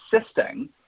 assisting